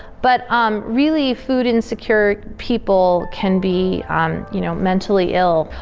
but um really, food insecure people can be um you know mentally ill,